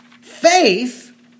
Faith